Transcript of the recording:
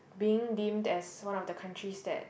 being deemed as one of the countries that